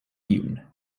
iun